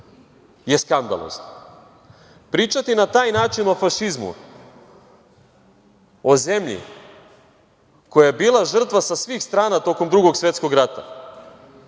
je skandalozno. Pričati na taj način o fašizmu, o zemlji koja je bila žrtva sa svih strana tokom Drugog svetskog rata,